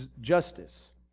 justice